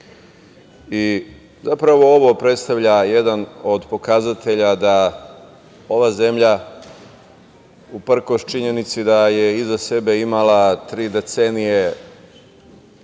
i zapravo ovo predstavlja jedan od pokazatelja da ova zemlja uprkos činjenici da je iza sebe imala tri decenije